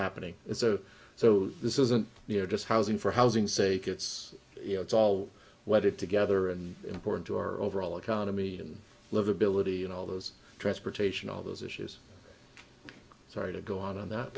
happening it's a so this isn't just housing for housing sake it's you know it's all wetted together and important to our overall economy and livability and all those transportation all those issues sorry to go on on that